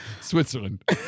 Switzerland